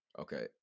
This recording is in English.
okay